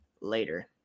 later